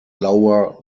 lower